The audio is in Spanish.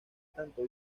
tanto